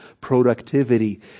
productivity